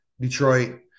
Detroit